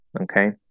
Okay